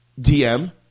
DM